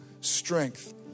strength